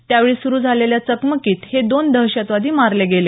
त्यावेळी सुरू झालेल्या चकमकीत हे दोन दहशतवादी मारले गेले